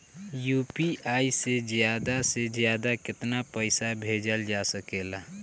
UPI से ज्यादा से ज्यादा केतना पईसा भेजल जा सकेला?